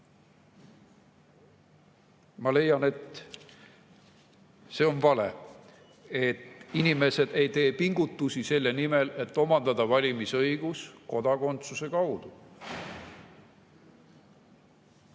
Ma leian, et see on vale, et inimesed ei tee pingutusi selle nimel, et omandada valimisõigus kodakondsuse kaudu.